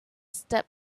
step